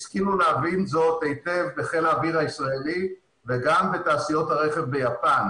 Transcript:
השכילו להבין זאת היטב בחיל האוויר הישראלי וגם בתעשיות הרכב ביפן.